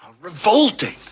Revolting